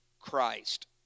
Christ